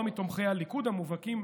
לא מתומכי הליכוד המובהקים,